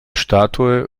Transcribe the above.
statue